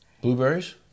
Blueberries